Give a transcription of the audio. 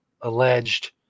alleged